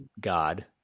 God